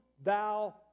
thou